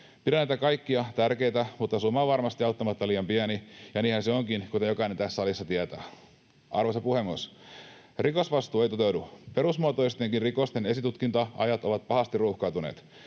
Pidän näitä kaikkia tärkeinä, mutta summa on varmasti auttamatta liian pieni, ja niinhän se onkin, kuten jokainen tässä salissa tietää. Arvoisa puhemies! Rikosvastuu ei toteudu. Perusmuotoistenkin rikosten esitutkinta-ajat ovat pahasti ruuhkautuneet.